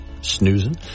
snoozing